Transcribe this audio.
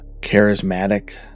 charismatic